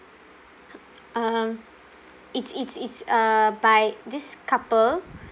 uh it's it's it's uh by this couple